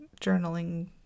journaling